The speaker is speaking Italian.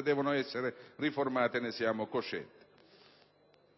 devono essere riformati, ne siamo coscienti.